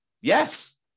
Yes